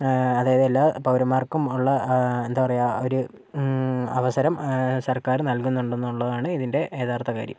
അതായത് എല്ലാ പൗരന്മാർക്കും ഉള്ള എന്താ പറയുക ഒരു അവസരം സർക്കാര് നല്കുന്നുണ്ടെന്നുള്ളതാണ് ഇതിൻ്റെ യഥാർത്ഥ കാര്യം